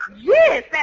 Yes